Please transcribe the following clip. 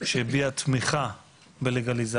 שהביע תמיכה בלגליזציה.